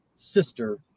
Sister